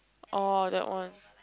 orh that one